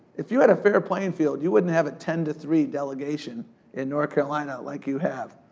if you had a fair playing field, you wouldn't have a ten to three delegation in north carolina like you have.